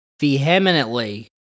vehemently